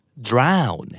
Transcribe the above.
drown